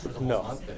No